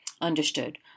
Understood